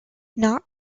not